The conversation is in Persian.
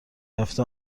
هفته